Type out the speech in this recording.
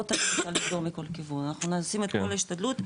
אנחנו עושים את כל ההשתדלות,